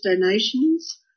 donations